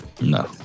No